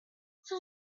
cent